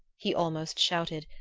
he almost shouted.